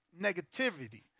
Negativity